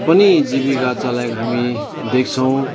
पनि जीविका चलाएको हामी देख्छौँ